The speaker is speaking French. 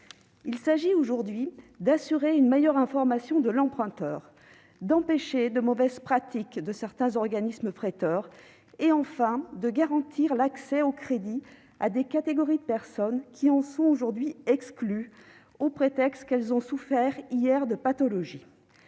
Il s'agit, en effet, d'assurer une meilleure information de l'emprunteur, d'empêcher les mauvaises pratiques de certains organismes prêteurs, enfin de garantir l'accès au crédit de certaines catégories de personnes qui en sont exclues, au prétexte qu'elles ont souffert de pathologies,